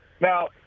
now